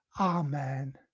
Amen